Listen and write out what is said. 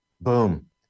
Boom